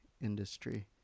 industry